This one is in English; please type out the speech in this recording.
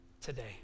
today